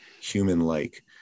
human-like